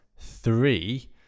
Three